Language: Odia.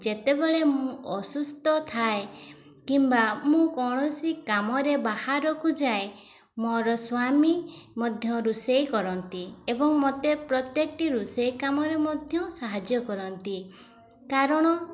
ଯେତେବେଳେ ମୁଁ ଅସୁସ୍ଥ ଥାଏ କିମ୍ବା ମୁଁ କୌଣସି କାମରେ ବାହାରକୁ ଯାଏ ମୋର ସ୍ୱାମୀ ମଧ୍ୟ ରୋଷେଇ କରନ୍ତି ଏବଂ ମୋତେ ପ୍ରତ୍ୟକଟି ରୋଷେଇ କାମରେ ମଧ୍ୟ ସାହାଯ୍ୟ କରନ୍ତି କାରଣ